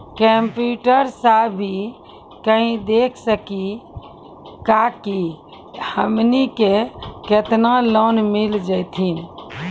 Computer सा भी कही देख सकी का की हमनी के केतना लोन मिल जैतिन?